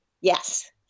Yes